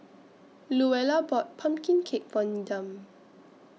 Luella bought Pumpkin Cake For Needham